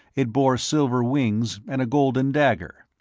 it bore silver wings and a golden dagger.